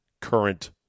current